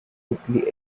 quickly